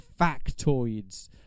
factoids